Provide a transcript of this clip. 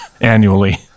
Annually